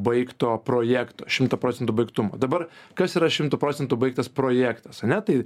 baigto projekto šimto procentų baigtumo dabar kas yra šimto procentų baigtas projektas ane tai